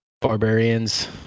barbarians